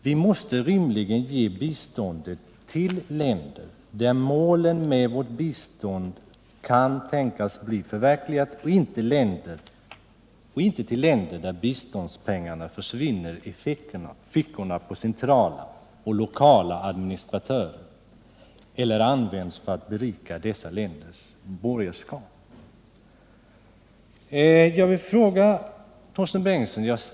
Vi måste rimligen ge biståndet till länder där målet med vårt bistånd kan tänkas bli förverkligat och inte till länder där biståndspengarna försvinner i fickorna på centrala och lokala administratörer eller används för att berika dessa länders borgerskap.